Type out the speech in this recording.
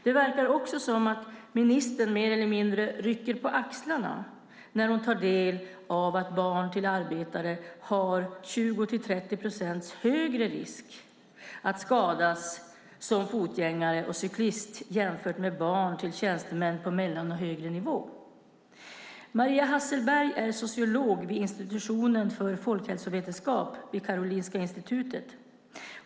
Det verkar också som att ministern mer eller mindre rycker på axlarna när hon tar del av att barn till arbetare löper 20-30 procents högre risk att skadas som fotgängare och cyklister jämfört med barn till tjänstemän på mellannivå och högre nivå. Marie Hasselberg är sociolog vid institutionen för folkhälsovetenskap vid Karolinska Institutet.